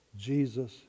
Jesus